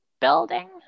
building